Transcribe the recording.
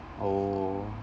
oh